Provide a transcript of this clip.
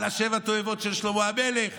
על שבע התועבות של שלמה המלך,